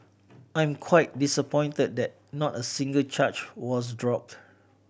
I am quite disappointed that not a single charge was dropped